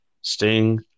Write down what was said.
Sting